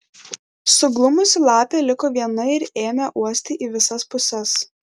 suglumusi lapė liko viena ir ėmė uosti į visas puses